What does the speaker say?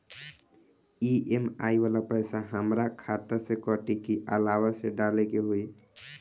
EMI वाला पैसा हाम्रा खाता से कटी की अलावा से डाले के होई?